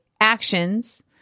actions